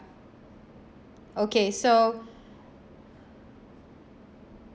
okay so